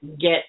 get